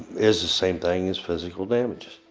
is the same thing as physical damage.